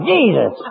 Jesus